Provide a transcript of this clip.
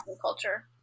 culture